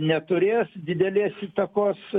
neturės didelės įtakos